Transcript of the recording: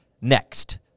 next